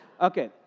Okay